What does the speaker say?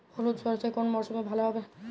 হলুদ সর্ষে কোন মরশুমে ভালো হবে?